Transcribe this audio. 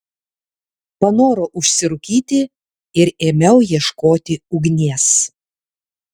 panorau užsirūkyti ir ėmiau ieškoti ugnies